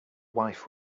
wife